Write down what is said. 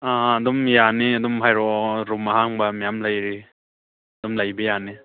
ꯑꯥ ꯑꯗꯨꯝ ꯌꯥꯅꯤ ꯑꯗꯨꯝ ꯍꯥꯏꯔꯛꯑꯣ ꯔꯨꯝ ꯑꯍꯥꯡꯕ ꯃꯌꯥꯝ ꯂꯩꯔꯤ ꯑꯗꯨꯝ ꯂꯩꯕ ꯌꯥꯅꯤ